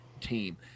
team